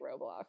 Roblox